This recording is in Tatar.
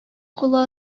кулы